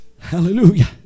hallelujah